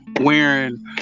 wearing